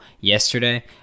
yesterday